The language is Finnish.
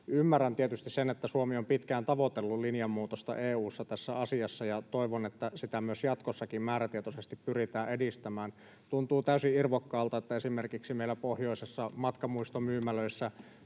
Ymmärrän tietysti sen, että Suomi on pitkään tavoitellut linjanmuutosta EU:ssa tässä asiassa, ja toivon, että sitä jatkossakin määrätietoisesti pyritään edistämään. Tuntuu täysin irvokkaalta, että esimerkiksi meillä pohjoisessa matkamuistomyymälöissä